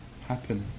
happen